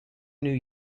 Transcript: new